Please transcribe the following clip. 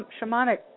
shamanic